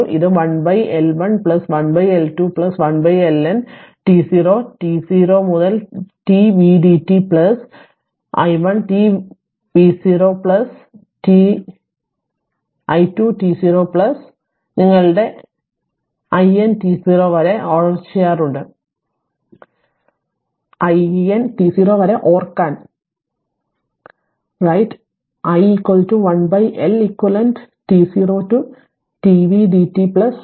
ഇത് 1 L 1 plus 1 L 2 plus വരെ 1 LN t 0 tt 0 മുതൽ tv dt plus i1 t 0 plus i2 t 0 plus നിങ്ങളുടെ i n t 0 വരെ ഓർക്കാൻ right i 1 L eq t 0 to tv dt plus 0